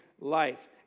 life